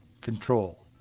control